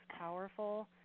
powerful